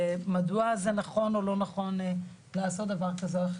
ומדוע זה נכון או לא נכון לעשות דבר כזה או אחר.